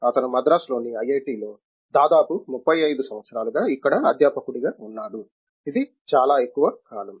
అతను మద్రాసులోని ఐఐటిలో దాదాపు 35 సంవత్సరాలుగా ఇక్కడ అధ్యాపకుడిగా ఉన్నాడు ఇది చాలా ఎక్కువ కాలం